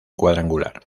cuadrangular